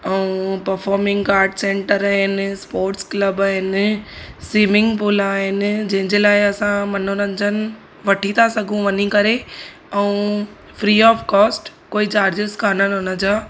ऐं performing art centre आहिनि sports club आहिनि स्विमिंग पूल आहिनि जहिंजे लाइ असां मनोरंजन वठी था सघूं वञी करे ऐं फ्री ऑफ कॉस्ट कोई चार्जिस कोन्हनि हुनजा